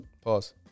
Pause